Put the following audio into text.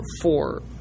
four